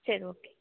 சரி ஓகே